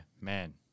Man